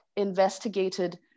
investigated